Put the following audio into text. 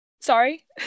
sorry